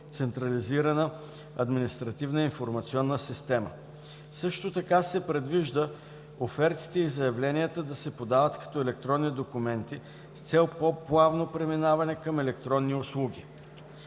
централизирана административна информационна система. Също така се предвижда офертите и заявленията да се подават като електронни документи с цел по-плавно преминаване към електронни услуги.